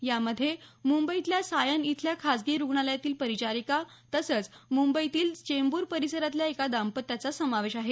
यामध्ये मुंबईतल्या सायन इथल्यर खाजगी रुग्णालयातली परिचारिका तसंच मुंबईतल्या चेंबूर परिसरातल्या एका दाम्पत्याचा समावेश आहे